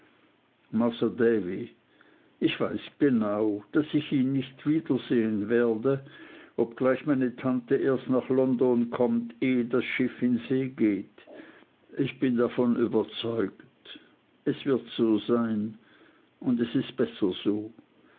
ich weiß genau daß ich ihn nicht wiedersehen werde obgleich meine tante erst nach london kommt ehe das schiff in see geht ich bin davon überzeugt es wird so sein und es ist besser so